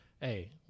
hey